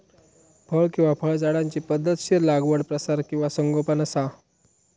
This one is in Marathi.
फळ किंवा फळझाडांची पध्दतशीर लागवड प्रसार किंवा संगोपन असा